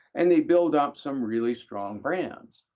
and they build up some really strong brands.